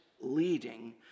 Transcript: leading